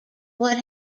what